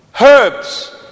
Herbs